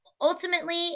ultimately